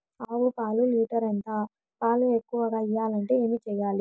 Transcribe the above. ఆవు పాలు లీటర్ ఎంత? పాలు ఎక్కువగా ఇయ్యాలంటే ఏం చేయాలి?